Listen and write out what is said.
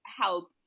help